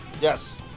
Yes